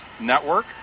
Network